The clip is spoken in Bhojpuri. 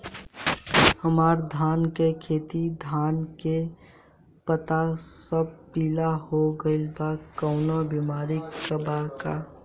हमर धान के खेती में धान के पता सब पीला हो गेल बा कवनों बिमारी बा का?